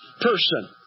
person